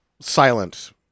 silent